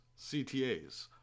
CTAs